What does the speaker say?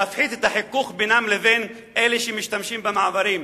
להפחית את החיכוך בינם לבין אלה שמשתמשים במעברים.